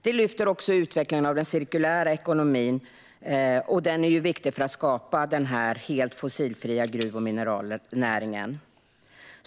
De lyfter också upp utvecklingen av den cirkulära ekonomin, som är viktig för att skapa en helt fossilfri gruv och mineralnäring.